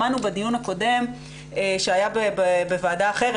שמענו בדיון הקודם שהיה בוועדה אחרת,